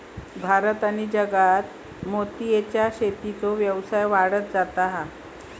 भारत आणि जगात मोतीयेच्या शेतीचो व्यवसाय वाढत जाता हा